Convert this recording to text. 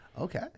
Okay